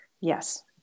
Yes